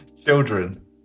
Children